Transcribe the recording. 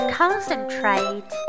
concentrate